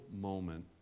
moment